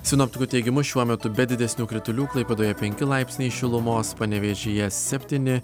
sinoptikų teigimu šiuo metu be didesnių kritulių klaipėdoje penki laipsniai šilumos panevėžyje septyni